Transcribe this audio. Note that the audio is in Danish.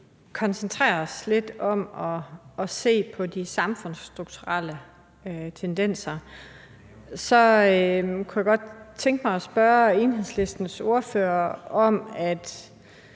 koncentrerer os lidt om at se på de samfundsstrukturelle tendenser, kunne jeg godt tænke mig at spørge Enhedslistens ordfører, om han